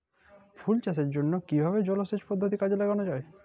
ফুল চাষের জন্য কিভাবে জলাসেচ পদ্ধতি কাজে লাগানো যাই?